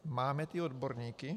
Máme ty odborníky?